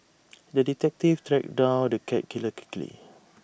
the detective tracked down the cat killer quickly